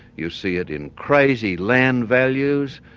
you see it in crazy land values,